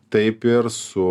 taip ir su